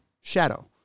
shadow